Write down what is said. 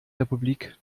republik